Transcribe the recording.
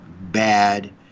bad